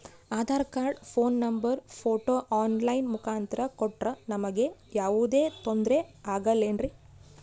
Aadhaar card, phone number, photo online ಮುಖಾಂತ್ರ ಕೊಟ್ರ ನಮಗೆ ಯಾವುದೇ ತೊಂದ್ರೆ ಆಗಲೇನ್ರಿ?